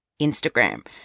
Instagram